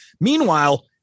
Meanwhile